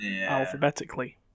alphabetically